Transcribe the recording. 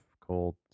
cold